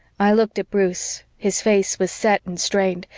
i looked at bruce. his face was set and strained,